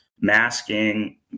masking